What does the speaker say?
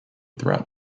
throughout